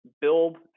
build